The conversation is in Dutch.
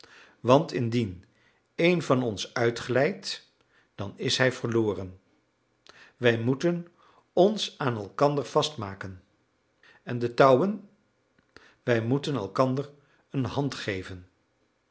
want indien een van ons uitglijdt dan is hij verloren wij moeten ons aan elkander vastmaken en de touwen wij moeten elkander een hand geven